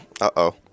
Uh-oh